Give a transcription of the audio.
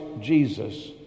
Jesus